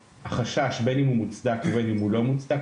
חשש בין אם הוא מוצדק ובין אם הוא לא מוצדק,